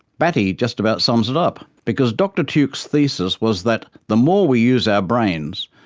batty just about sums it up because dr tuke's thesis was that the more we use our brains,